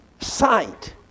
sight